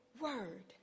word